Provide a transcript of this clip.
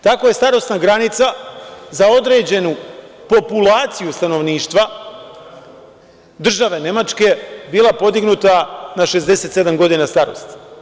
Tako je starosna granica za određenu populaciju stanovništva države Nemačke bila podignuta na 67 godina starosti.